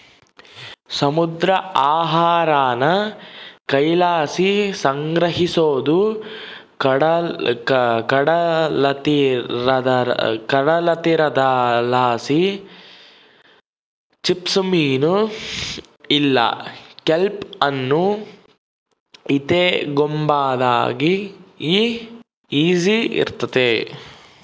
ಸಮುದ್ರ ಆಹಾರಾನ ಕೈಲಾಸಿ ಸಂಗ್ರಹಿಸೋದು ಕಡಲತೀರದಲಾಸಿ ಚಿಪ್ಪುಮೀನು ಇಲ್ಲ ಕೆಲ್ಪ್ ಅನ್ನು ಎತಿಗೆಂಬಾದು ಈಸಿ ಇರ್ತತೆ